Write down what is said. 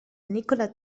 nikola